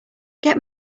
get